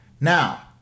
Now